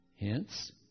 Hence